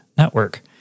Network